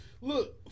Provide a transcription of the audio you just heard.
Look